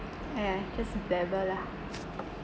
!aiya! just babble lah